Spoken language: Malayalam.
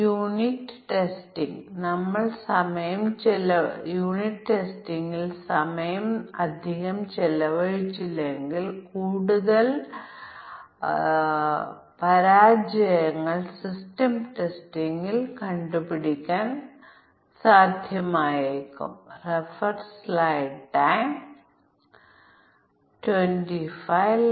അതിനാൽ നമുക്ക് സാധുവായ സമവാക്യങ്ങൾ അസാധുവായ സമവാക്യങ്ങൾ ഉണ്ടെന്ന് പ്രതിനിധീകരിക്കുകയാണെങ്കിൽ നമുക്ക് വ്യത്യസ്ത തുല്യതാ ക്ലാസുകൾ ഉണ്ട് ഒന്ന് a b c 0 അസാധുവായ സമവാക്യം അല്ലെങ്കിൽ അസാധുവായ ഇൻപുട്ട് മൂല്യങ്ങൾ a b c പ്രതീകങ്ങളാണ്